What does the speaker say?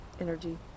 energy